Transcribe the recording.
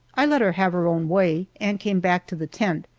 i let her have her own way and came back to the tent,